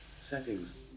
Settings